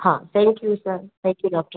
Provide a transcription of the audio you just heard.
હા thank you sir thank you doctor